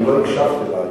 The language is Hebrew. לא הקשבת לי.